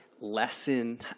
lesson